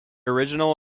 original